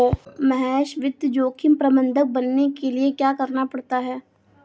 महेश वित्त जोखिम प्रबंधक बनने के लिए क्या करना पड़ता है?